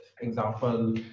example